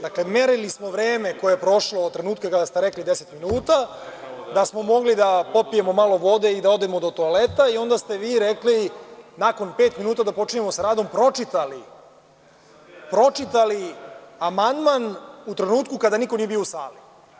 Dakle, merili smo vreme koje je prošlo od trenutka kada ste rekli deset minuta, da smo mogli da popijemo malo vode i da odemo do toaleta i onda ste vi rekli nakon pet minuta da počinjemo sa radom, pročitali amandman u trenutku kada niko nije bio u sali.